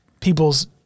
people's